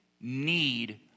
need